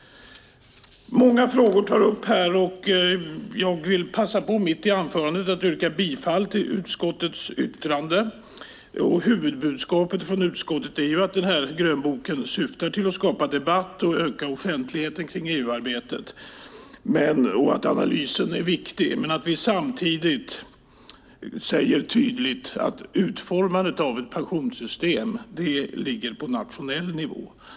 Många frågor har tagits upp här. Men mitt i mitt anförande vill jag passa på att yrka bifall till förslaget i utskottets utlåtande. Huvudbudskapet från utskottet är att grönboken syftar till att skapa debatt och till att öka offentligheten kring EU-arbetet. Analysen är viktig, men samtidigt är det också viktigt att vi tydligt säger att utformandet av ett pensionssystem ligger på nationell nivå.